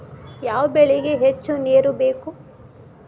ಯಾವ ಬೆಳಿಗೆ ಹೆಚ್ಚು ನೇರು ಬೇಕು?